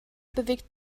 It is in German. bewegt